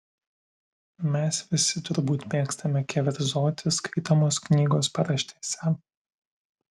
mes visi turbūt mėgstame keverzoti skaitomos knygos paraštėse